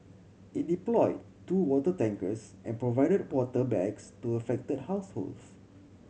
it deployed two water tankers and provided water bags to affected households